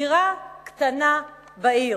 דירה קטנה בעיר.